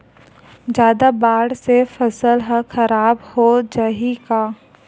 जादा बाढ़ से फसल ह खराब हो जाहि का?